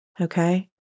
Okay